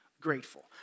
grateful